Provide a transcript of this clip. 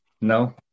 no